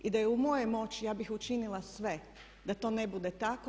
I da je u mojoj moći ja bih učinila sve da to ne bude tako.